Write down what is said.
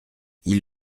ils